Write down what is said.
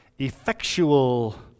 Effectual